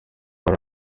hari